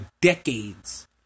decades